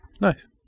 Nice